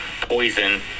poison